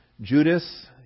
Judas